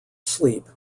sleep